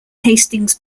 hastings